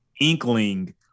inkling